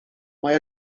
mae